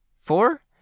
Four